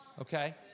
Okay